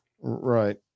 Right